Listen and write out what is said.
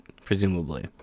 presumably